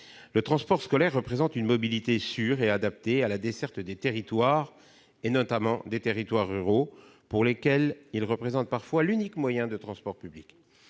Le transport scolaire représente une mobilité sûre et adaptée à la desserte des territoires, notamment des territoires ruraux, pour lesquels ils représentent parfois l'unique moyen de transport public.